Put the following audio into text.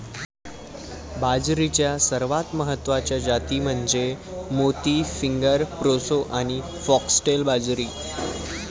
बाजरीच्या सर्वात महत्वाच्या जाती म्हणजे मोती, फिंगर, प्रोसो आणि फॉक्सटेल बाजरी